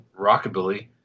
rockabilly